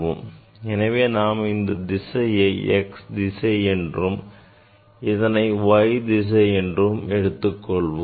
எனவே நாம் இந்த திசையை x திசை என்றும் இதனை y திசை என்றும் எடுத்துக்கொள்வோம்